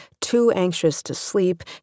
too-anxious-to-sleep